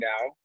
now